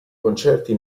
concerti